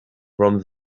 from